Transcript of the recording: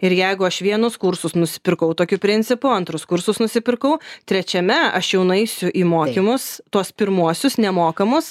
ir jeigu aš vienus kursus nusipirkau tokiu principu antrus kursus nusipirkau trečiame aš jau nueisiu į mokymus tuos pirmuosius nemokamus